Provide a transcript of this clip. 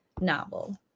novel